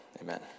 Amen